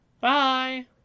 Bye